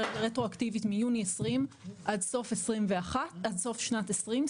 רטרואקטיבית מיוני 2020 עד סוף שנת 2020,